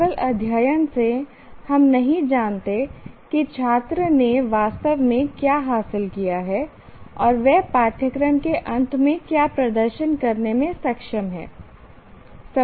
केवल अध्ययन से हम नहीं जानते कि छात्र ने वास्तव में क्या हासिल किया है और वह पाठ्यक्रम के अंत में क्या प्रदर्शन करने में सक्षम है